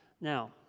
now